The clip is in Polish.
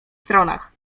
stronach